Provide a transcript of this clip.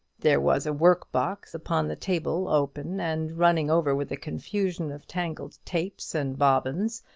there was a work-box upon the table, open, and running over with a confusion of tangled tapes, and bobbins,